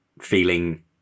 feeling